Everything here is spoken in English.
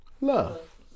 Love